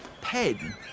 Pen